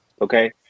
Okay